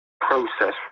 process